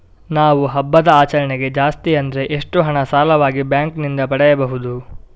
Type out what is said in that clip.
ನಾವು ಹಬ್ಬದ ಆಚರಣೆಗೆ ಜಾಸ್ತಿ ಅಂದ್ರೆ ಎಷ್ಟು ಹಣ ಸಾಲವಾಗಿ ಬ್ಯಾಂಕ್ ನಿಂದ ಪಡೆಯಬಹುದು?